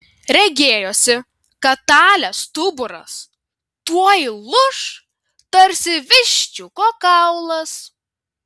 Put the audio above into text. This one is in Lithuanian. regėjosi kad talės stuburas tuoj lūš tarsi viščiuko kaulas